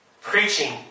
Preaching